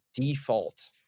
default